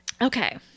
Okay